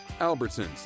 Albertsons